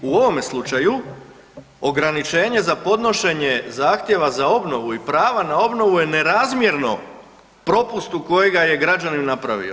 U ovome slučaju, ograničenje za podnošenje zahtjeva za obnovu i prava na obnovu je nerazmjerno propustu koji ga je građanin napravio.